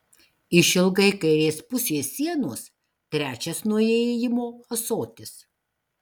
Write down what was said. išilgai kairės pusės sienos trečias nuo įėjimo ąsotis